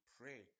pray